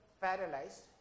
paralyzed